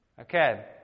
Okay